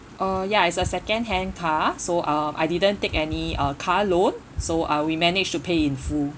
uh ya it's a second hand car so uh I didn't take any uh car loan so uh we managed to pay in full